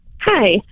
Hi